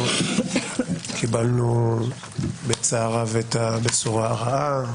קיבלנו בצער רב את הבשורה הרעה